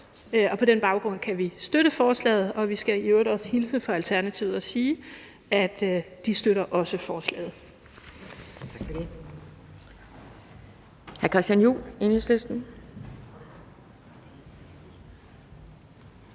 På den baggrund kan vi støtte forslaget, og vi skal i øvrigt også hilse fra Alternativet og sige, at de også støtter forslaget.